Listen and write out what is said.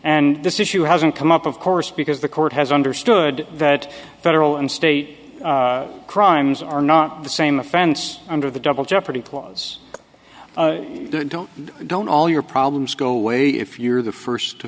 and this issue hasn't come up of course because the court has understood that federal and state crimes are not the same offense under the double jeopardy clause don't don't all your problems go away if you're the first to